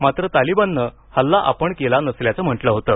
मात्र तालिबाननं हल्ला आपण केला नसल्याचं म्हटलं होतं